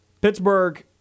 Pittsburgh